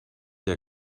der